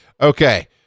okay